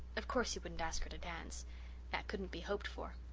of course, he wouldn't ask her to dance that couldn't be hoped for.